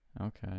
Okay